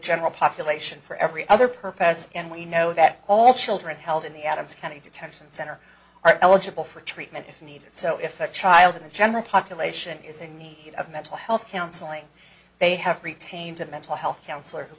general population for every other purpose and we know that all children held in the adams county detention center are eligible for treatment if needed so effect child in the general population is in need of mental health counseling they have retained a mental health counselor who